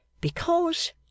Because